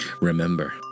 Remember